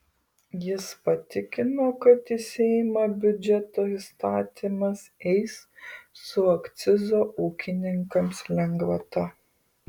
jis patikino kad į seimą biudžeto įstatymas eis su akcizo ūkininkams lengvata